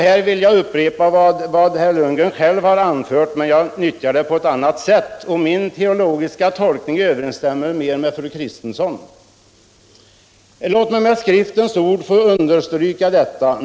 Här vill jag åberopa vad herr Lundgren själv har anfört men nyttja det på annat sätt, och min teologiska tolkning överensstämmer mer med fru Kristenssons. Låt mig med Skriftens egna ord få understryka detta.